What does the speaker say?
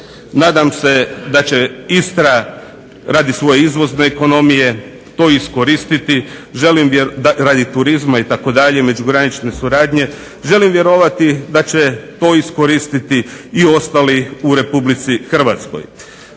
Nadam se da će Istra radi svoje izvozne ekonomije to iskoristiti, želim radi turizma itd., prekogranične suradnje, želim vjerovati da će to iskoristiti i ostali u Republici Hrvatskoj.